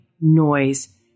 noise